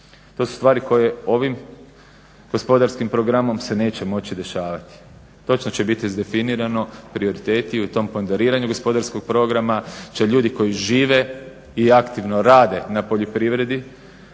To su stvari koje ovim gospodarskim programom se neće moći dešavati. Točno će biti izdefinirano prioriteti u tom pondoriranju gospodarskog programa će ljudi koji žive i aktivno rade na poljoprivredi